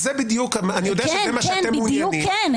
זה בדיוק אני יודע שזה מה שאתם מעוניינים -- בדיוק כן.